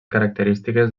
característiques